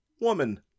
woman